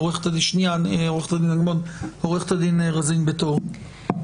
שנייה עו"ד אגמון, עו"ד רזין בית אור.